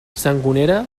sangonera